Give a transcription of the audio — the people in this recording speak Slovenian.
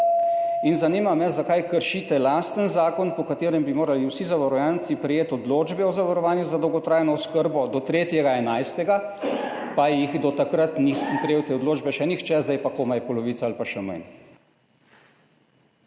razlagate? Zakaj kršite lastni zakon, po katerem bi morali vsi zavarovanci prejeti odločbe o zavarovanju za dolgotrajno oskrbo do 3. 11., pa do takrat ni prejel te odločbe še nihče, zdaj pa komaj polovica ali pa še manj?